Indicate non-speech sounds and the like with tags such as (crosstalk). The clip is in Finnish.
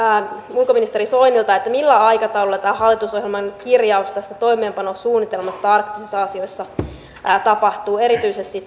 ulkoministeri soinilta millä aikataululla tämä hallitusohjelman kirjaus tästä toimeenpanosuunnitelmasta arktisissa asioissa tapahtuu erityisesti (unintelligible)